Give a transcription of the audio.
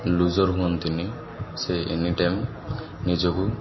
loser ହୁଅନ୍ତିନି ସେ any time ନିଜକୁ